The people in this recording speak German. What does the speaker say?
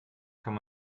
kann